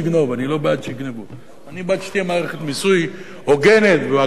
אני לא בעד שיגנבו; אני בעד שתהיה מערכת מיסוי הוגנת והגונה.